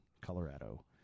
Colorado